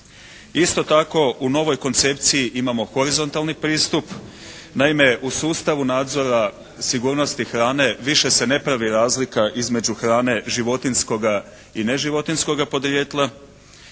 Isto tako u novoj koncepciji imamo horizontalni pristup. Naime u sustavu nadzora sigurnosti hrane više se ne pravi razlika između hrane životinjskoga i neživotinjskoga porijekla.